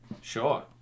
Sure